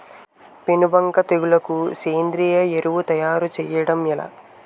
పేను బంక తెగులుకు సేంద్రీయ ఎరువు తయారు చేయడం ఎలా?